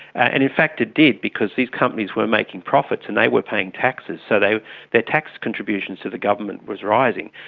and in fact it did because these companies were making profits and they were paying taxes, so their tax contributions to the government was rising.